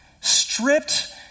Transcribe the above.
stripped